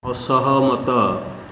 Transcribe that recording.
ଅସହମତ